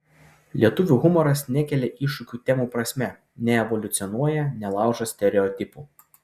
lietuvių humoras nekelia iššūkių temų prasme neevoliucionuoja nelaužo stereotipų